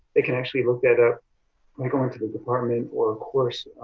they can actually look that up by going to the department or course